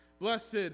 Blessed